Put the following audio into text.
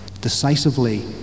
decisively